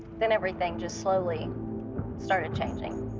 then everything just slowly started changing.